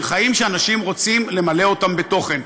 של חיים שאנשים רוצים למלא אותם בתוכן.